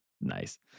Nice